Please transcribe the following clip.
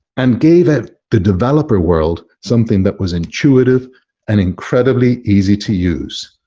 and gave ah the developer world something that was intuitive and incredibly easy to use.